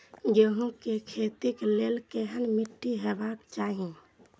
गेहूं के खेतीक लेल केहन मीट्टी हेबाक चाही?